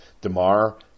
DeMar